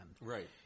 Right